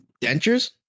Dentures